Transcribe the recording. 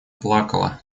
плакала